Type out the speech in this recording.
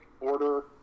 order